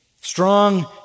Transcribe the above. strong